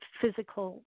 physical